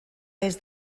des